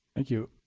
thank you.